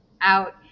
out